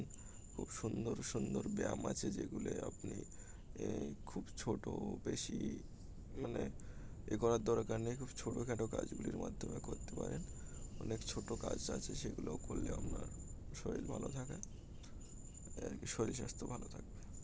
খুব সুন্দর সুন্দর ব্যায়াম আছে যেগুল আপনি খুব ছোট বেশি মানে এ করার দরকার নেই খুব ছোটখাটো কাজগুলির মাধ্যমে করতে পারেন অনেক ছোট কাজ আছে সেগুলো করলে আপনার শরীর ভালো থাকে আর শরীর স্বাস্থ্য ভালো থাকবে